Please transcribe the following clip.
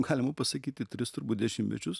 galima pasakyti tris turbūt dešimtmečius